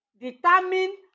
determine